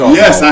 yes